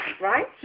right